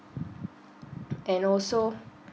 and also